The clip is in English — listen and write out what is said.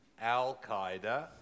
Al-Qaeda